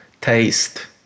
taste